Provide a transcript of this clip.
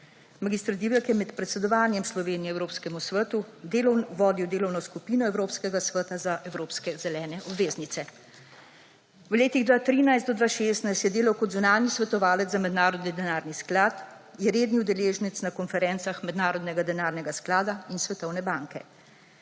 Mag. Divjak je med predsedovanjem Slovenije Evropskemu svetu vodil delovno skupino Evropskega sveta za evropske zelene obveznice. V letih 2013 do 2016 je delal kot zunanji svetovalec za Mednarodni denarni sklad, je redni udeleženec na konferencah Mednarodnega denarnega sklada in Svetovne banke.